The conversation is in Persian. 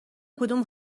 کدوم